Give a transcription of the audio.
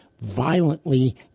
violently